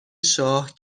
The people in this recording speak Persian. شاه